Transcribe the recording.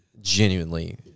Genuinely